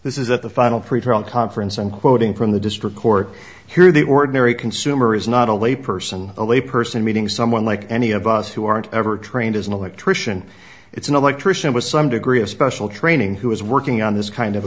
this is at the final pretrial conference and quoting from the district court here the ordinary consumer is not a lay person a lay person meeting someone like any of us who aren't ever trained as an electrician it's an electrician with some degree of special training who is working on this kind of